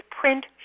print